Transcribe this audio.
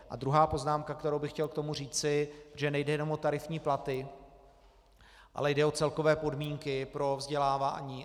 A druhá poznámka, kterou bych chtěl k tomu říci, že nejde jenom o tarifní platy, ale jde o celkové podmínky pro vzdělávání.